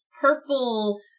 purple